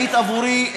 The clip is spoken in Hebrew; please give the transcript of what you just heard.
היית עבורי,